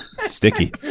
Sticky